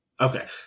Okay